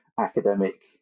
academic